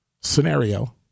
scenario